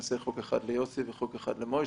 שנעשה חוק אחד ליוסי וחוק אחד למשה?